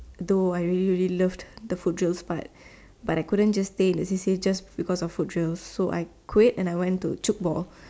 though I really really loved the foot drills part but I couldn't just stay just because of foot drills so I quite and changes to tchoukball